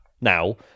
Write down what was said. now